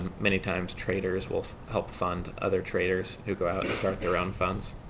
many times traders will help fund other traders who go out and start their own funds.